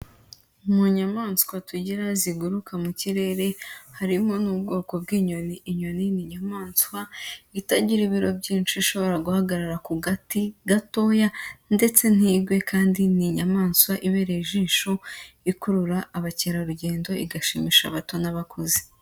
Mu nyamaswa tugira ziguruka mu kirere, harimo n'ubwoko bw'inyoni. Inyoni ni inyamaswa itagira ibiro byinshi ishobora guhagarara ku gati gatoya ndetse ntigwe kandi ni inyamaswa ibereye ijisho, ikurura abakerarugendo igashimisha abato n'abakuze.